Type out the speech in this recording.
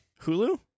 Hulu